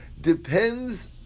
depends